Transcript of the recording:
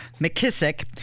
McKissick